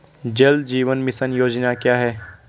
जल जीवन मिशन योजना क्या है?